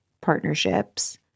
partnerships